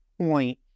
point